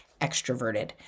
extroverted